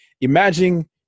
imagine